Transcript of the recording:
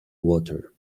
water